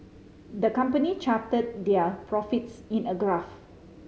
the company charted their profits in a graph